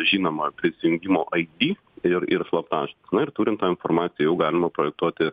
žinoma prisijungimo id ir ir slaptažodis na ir turint tą informaciją jau galima projektuoti